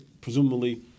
presumably